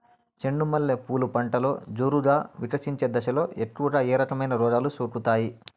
చెండు మల్లె పూలు పంటలో జోరుగా వికసించే దశలో ఎక్కువగా ఏ రకమైన రోగాలు సోకుతాయి?